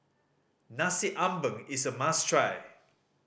Nasi Ambeng is a must try